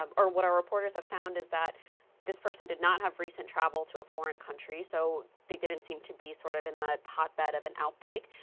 um or what our reporters have found is that this person did not have recent travel to a foreign country so they didn't seem to be sort of in the hot bed of an outbreak,